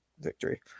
victory